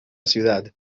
ciudad